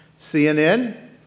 CNN